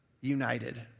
united